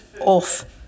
off